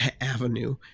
Avenue